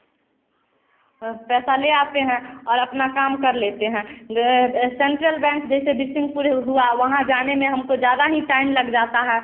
पैसा ले आते हैं और अपना काम कर लेते हैं सेंट्रल बैंक जैसे बीसिंहपुर हुआ वहाँ जाने में हमको ज़्यादा ही टाइम लग जाता है